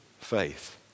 faith